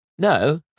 No